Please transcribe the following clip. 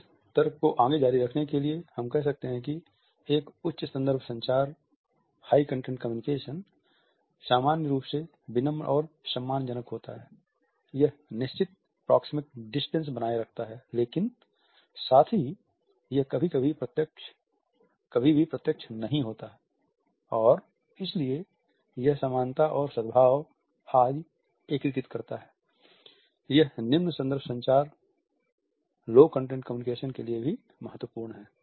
इस तर्क को आगे जारी रखने के लिए हम कह सकते हैं कि एक उच्च संदर्भ संचार के लिए भी महत्वपूर्ण है